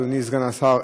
אדוני סגן השר,